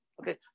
Okay